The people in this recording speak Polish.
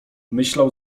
myślał